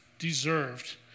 deserved